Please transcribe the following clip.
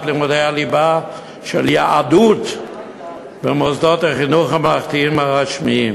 לימודי הליבה של יהדות במוסדות החינוך המערכתיים הרשמיים.